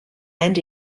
and